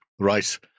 Right